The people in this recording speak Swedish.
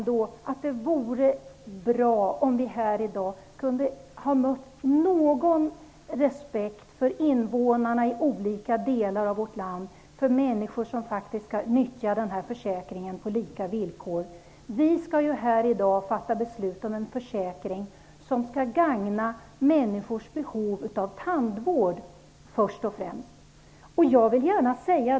Det vore bra om vi här i dag kunde ha mött någon respekt för invånarna i olika delar av vårt land som skall nyttja denna försäkring på lika villkor. Vi skall i dag fatta beslut om en försäkring som skall gagna människors behov av först och främst tandvård.